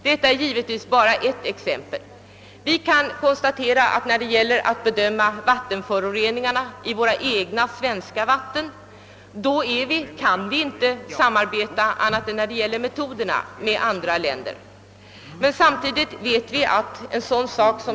Detta är bara ett exempel på internationellt samarbete. Vid bedömning av föroreningarna i våra egna vatten kan vi inte samarbeta med andra länder annat än i fråga om metodik.